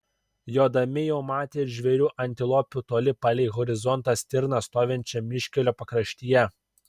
jodami jau matė ir žvėrių antilopių toli palei horizontą stirną stovinčią miškelio pakraštyje